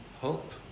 hope